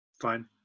fine